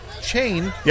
chain